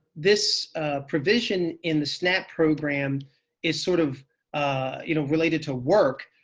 this provision in the snap program is sort of ah you know related to work.